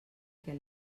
què